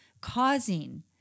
causing